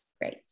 Great